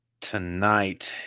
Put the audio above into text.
Tonight